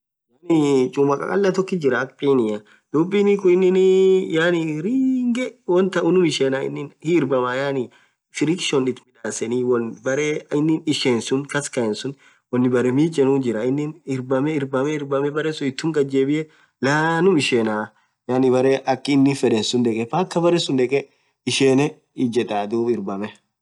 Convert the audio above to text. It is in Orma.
Yaani chumaa khakhalah tokkit jirah Kaa akha pinia dhub Pini khun ininn yaani ringeee wontan unum ishenna hii irabamma friction itthi midhaseni won berre inn ishen suun kas kaeni suun wonni berre michenu jirah inin irbame irbame irbame berre suun ithum ghadjebiye laanum ishenaa yaani berre akha inn fedh suun dheke mpaka beree suun dheke ishen ijethaa irbame